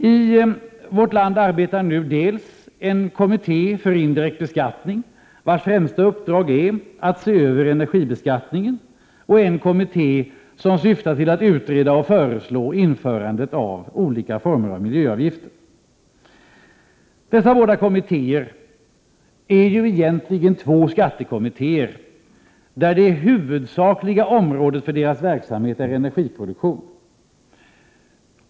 I vårt land arbetar nu dels en kommitté för indirekt beskattning, vars främsta uppdrag är att se över energibeskattningen, dels en kommitté som syftar till att utreda och föreslå införande av olika former av miljöavgifter. Dessa båda kommittéer är ju egentligen två skattekommittéer, och det huvudsakliga området för bådas verksamhet är energiproduktion.